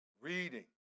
reading